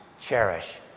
cherish